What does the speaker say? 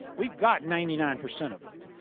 we've got ninety nine percent of it.